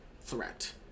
threat